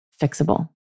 fixable